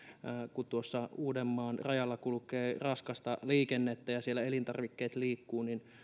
kun tuossa uudenmaan rajalla kulkee raskasta liikennettä ja siellä elintarvikkeet liikkuvat niin